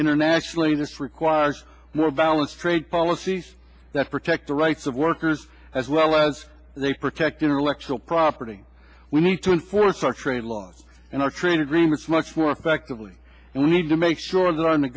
internationally this requires more balanced trade policies that protect the rights of workers as well as they protect intellectual property we need to enforce our trade laws and our train agreements much more effectively and we need to make sure that o